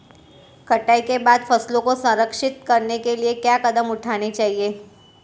कटाई के बाद फसलों को संरक्षित करने के लिए क्या कदम उठाने चाहिए?